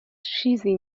چیزی